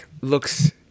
looks